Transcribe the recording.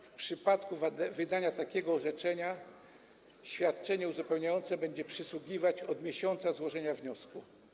W przypadku wydania takiego orzeczenia świadczenie uzupełniające będzie przysługiwać od miesiąca złożenia wniosku.